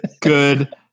Good